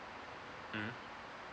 mmhmm